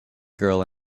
girl